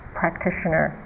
practitioner